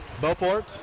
Beaufort